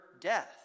death